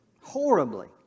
horribly